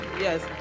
Yes